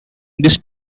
this